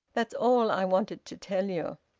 that's all i wanted to tell you.